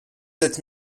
sept